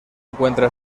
encuentra